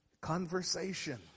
Conversation